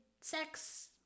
sex